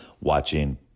watching